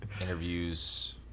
Interviews